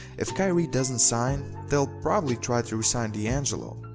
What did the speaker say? if kyrie doesn't sign, they'll probably try to resign d'angelo,